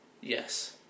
Yes